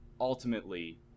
ultimately